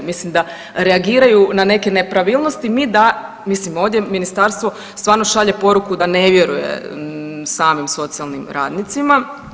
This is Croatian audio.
Mislim da reagiraju na neke nepravilnosti, mi, mislim ovdje ministarstvo stvarno šalje poruku da ne vjeruje samim socijalnim radnicima.